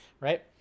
right